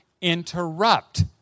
interrupt